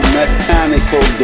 mechanical